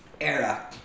era